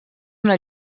una